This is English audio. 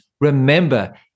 Remember